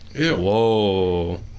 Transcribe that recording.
Whoa